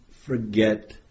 forget